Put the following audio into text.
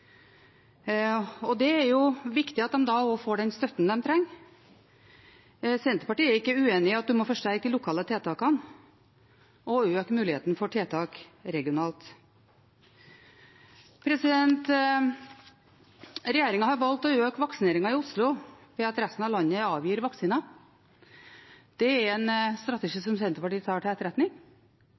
er det viktig at de også får den støtten de trenger. Senterpartiet er ikke uenig i at vi må forsterke de lokale tiltakene og øke muligheten for tiltak regionalt. Regjeringen har valgt å øke vaksineringen i Oslo ved at resten av landet avgir vaksiner. Det er en strategi som Senterpartiet tar til etterretning.